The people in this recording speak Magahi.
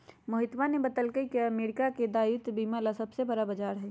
मोहितवा ने बतल कई की अमेरिका दायित्व बीमा ला सबसे बड़ा बाजार हई